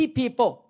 people